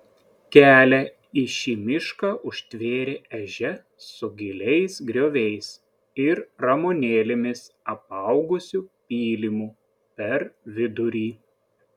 kelią į šį mišką užtvėrė ežia su giliais grioviais ir ramunėlėmis apaugusiu pylimu per vidurį